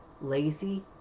lazy